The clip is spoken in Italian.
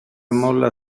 molla